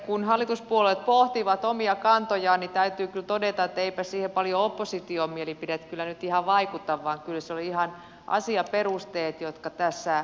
kun hallituspuolueet pohtivat omia kantojaan niin täytyy kyllä todeta että eipä siihen paljoa opposition mielipide kyllä nyt ihan vaikuta vaan kyllä ne olivat ihan asiaperusteet jotka tässä painoivat